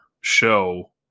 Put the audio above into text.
show